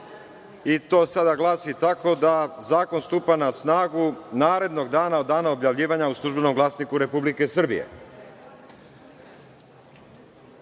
i to sada glasi tako da zakon stupa na snagu narednog dana od dana objavljivanja u „Službenom glasniku RS“.Pravilo je